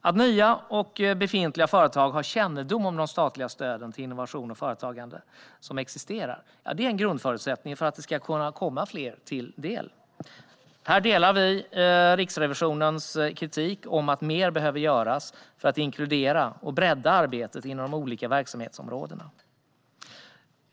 Att nya och befintliga företag har kännedom om de statliga stöd till innovation och företagande som existerar är en grundförutsättning för att stöden ska kunna komma fler till del. Här delar vi Riksrevisionens kritik om att mer behöver göras för att inkludera och bredda arbetet inom de olika verksamhetsområdena.